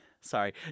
sorry